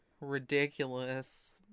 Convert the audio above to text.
ridiculous